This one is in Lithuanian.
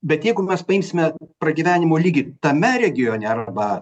bet jeigu mes paimsime pragyvenimo lygį tame regione arba